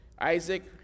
Isaac